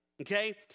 okay